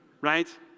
right